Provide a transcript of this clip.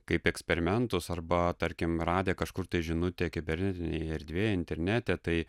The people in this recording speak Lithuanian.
kaip eksperimentus arba tarkim radę kažkur žinutę kibernetinėj erdvėj internete tai